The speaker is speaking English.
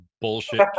bullshit